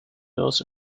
dos